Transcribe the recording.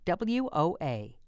WOA